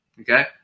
okay